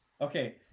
Okay